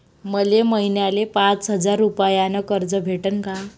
मले महिन्याले पाच हजार रुपयानं कर्ज भेटन का?